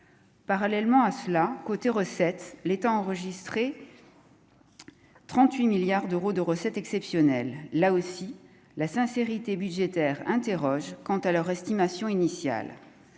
parallèlement à cela, côté recettes, l'État enregistrer 38 milliards d'euros de recettes exceptionnelles, là aussi, la sincérité budgétaire interroge quant à leur estimation initiale,